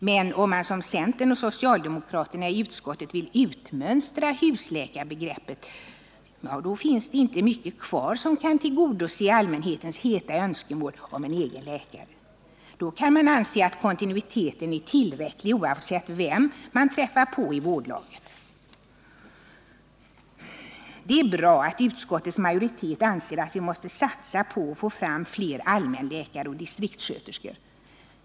Men om man som centern och socialdemokraterna i utskottet vill utmönstra husläkarbegreppet, ja, då finns det inte så mycket kvar som kan tillgodose allmänhetens heta önskemål om en egen läkare. Då kan man anse att kontinuiteten är tillräcklig oavsett vem man träffar på i vårdlaget. Det är bra att utskottets majoritet anser att vi måste satsa på att få fram fler allmänläkare och distriktssköterskor.